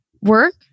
work